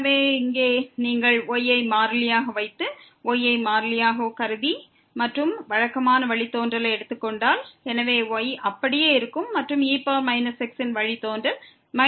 எனவே இங்கே நீங்கள் y ஐ மாறிலியாக வைத்து y ஐ மாறிலியாக கருதி மற்றும் வழக்கமான வழித்தோன்றலை எடுத்துக்கொண்டால் எனவே y அப்படியே இருக்கும் மற்றும் e x இன் வழித்தோன்றல் e x இருக்கும்